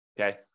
okay